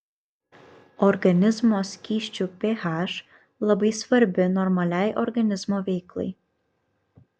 organizmo skysčių ph labai svarbi normaliai organizmo veiklai